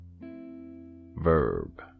verb